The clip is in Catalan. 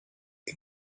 qui